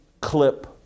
clip